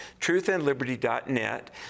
truthandliberty.net